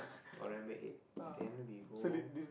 november eight then we go